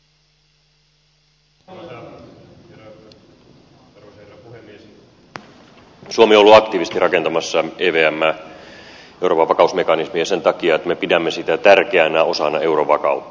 suomi on olut aktiivisesti rakentamassa evmää euroopan vakausmekanismia sen takia että me pidämme sitä tärkeänä osana euron vakautta